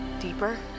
Deeper